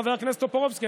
חבר הכנסת טופורובסקי,